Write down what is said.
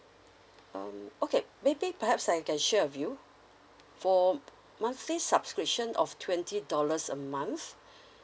um okay maybe perhaps I can share with you for monthly subscription of twenty dollars a month